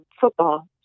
football